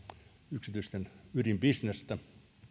yksityisten ydinbisnestä